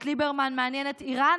את ליברמן מעניינת איראן?